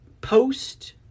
post